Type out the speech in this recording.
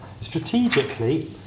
strategically